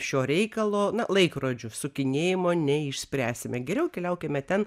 šio reikalo na laikrodžių sukinėjimo neišspręsime geriau keliaukime ten